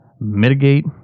mitigate